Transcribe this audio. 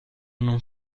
non